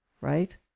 Right